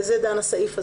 בזה דן הסעיף הזה.